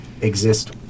exist